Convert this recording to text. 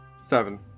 Seven